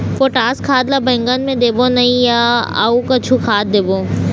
Potash खाद ला बैंगन मे देबो नई या अऊ कुछू खाद देबो?